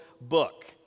book